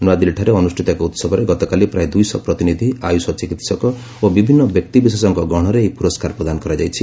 ନୂଆଦିଲ୍ଲୀଠାରେ ଅନୁଷ୍ଠିତ ଏକ ଉହବରେ ଗତକାଲି ପ୍ରାୟ ଦୁଇଶହ ପ୍ରତିନିଧି ଆୟୁଷ ଚିକିତ୍ସକ ଓ ବିଭିନ୍ନ ବ୍ୟକ୍ତିବିଶେଷଙ୍କ ଗହଣରେ ଏହି ପୁରସ୍କାର ପ୍ରଦାନ କରାଯାଇଛି